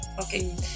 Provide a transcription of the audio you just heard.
Okay